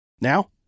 Now